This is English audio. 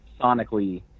sonically